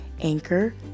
Anchor